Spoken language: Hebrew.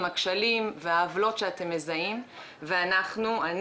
הכשלים והעוולות שאתם מזהים ואני,